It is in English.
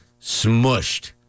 smushed